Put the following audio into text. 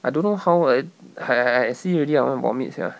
I don't know how eh I I I see already I want to vomit sia